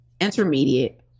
intermediate